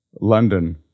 London